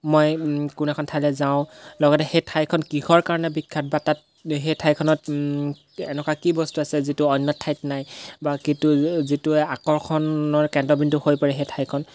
মই কোনো এখন ঠাইলৈ যাওঁ লগতে সেই ঠাইখন কিহৰ কাৰণে বিখ্যাত বা তাত সেই ঠাইখনত এনেকুৱা কি বস্তু আছে যিটো অন্য ঠাইত নাই বা কিটো যিটোৱে আকৰ্ষণৰ কেন্দ্ৰবিন্দু হৈ পৰে সেই ঠাইখন